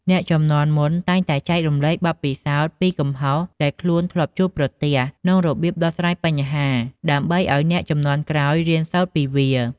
អ្នកជំនាន់មុនតែងតែចែករំលែកបទពិសោធន៍ពីកំហុសដែលខ្លួនធ្លាប់ជួបប្រទះ និងរបៀបដោះស្រាយបញ្ហាដើម្បីឱ្យអ្នកជំនាន់ក្រោយរៀនសូត្រពីវា។